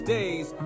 Days